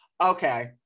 okay